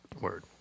Word